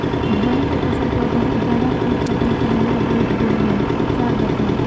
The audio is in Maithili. धान के फसल पर बहुत ज्यादा कीट पतंग के हमला बईढ़ गेलईय उपचार बताउ?